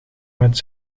met